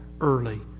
early